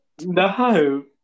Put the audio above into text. No